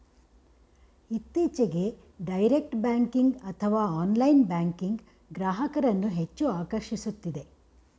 ಇತ್ತೀಚೆಗೆ direct banking ಅಥವಾ online banking ಗ್ರಾಹಕರನ್ನು ಹೆಚ್ಚು ಆಕರ್ಷಿಸುತ್ತಿದೆ